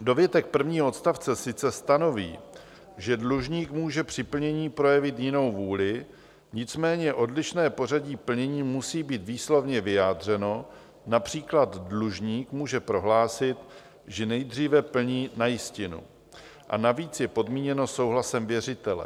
Dovětek prvního odstavce sice stanoví, že dlužník může při plnění projevit jinou vůli, nicméně odlišné pořadí plnění musí být výslovně vyjádřeno, například dlužník může prohlásit, že nejdříve plní na jistinu, a navíc je podmíněno souhlasem věřitele.